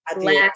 Last